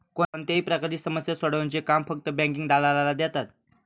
कोणत्याही प्रकारची समस्या सोडवण्याचे काम फक्त बँकिंग दलालाला देतात